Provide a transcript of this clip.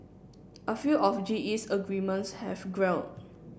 a few of G E's agreements have gelled